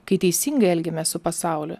kai teisingai elgiamės su pasauliu